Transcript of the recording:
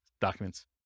documents